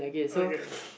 okay